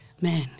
man